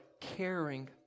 caring